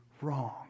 wrong